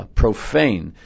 profane